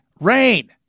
rain